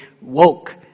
woke